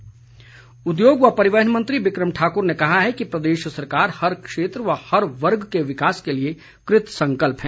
बिक्रम सिंह उद्योग व परिवहन मंत्री बिक्रम ठाक्र ने कहा है कि प्रदेश सरकार हर क्षेत्र व हर वर्ग के विकास के लिए कृतसंकल्प है